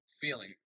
feeling